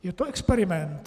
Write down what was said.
Je to experiment.